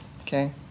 okay